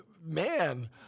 man